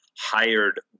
hired